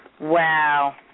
Wow